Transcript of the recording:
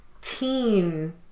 teen